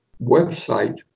website